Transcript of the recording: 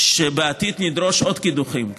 שבעתיד נדרוש עוד קידוחים.